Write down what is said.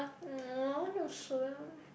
mm I wanna swim